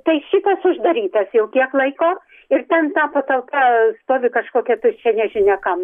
tai šitas uždarytas jau kiek laiko ir ten ta patalpa stovi kažkokia tuščia nežinia kam